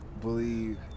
believe